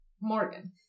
Morgan